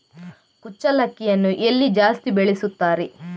ಕುಚ್ಚಲಕ್ಕಿಯನ್ನು ಎಲ್ಲಿ ಜಾಸ್ತಿ ಬೆಳೆಸುತ್ತಾರೆ?